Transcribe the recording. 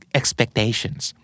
expectations